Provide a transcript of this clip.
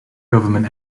government